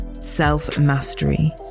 self-mastery